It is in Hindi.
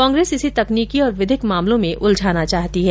कांग्रेस इसे तकनीकी और विधिक मामलों में उलझाना चाहती है